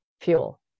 fuel